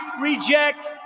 reject